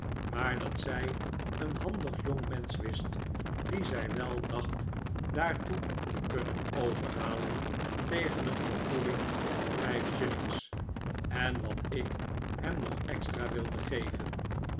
maar dat zij een handig jongmensch wist dien zij wel dacht daartoe te kunnen overhalen tegen een vergoeding van vijf shillings en wat ik hem nog extra wilde geven